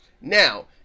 Now